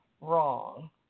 wrong